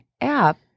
app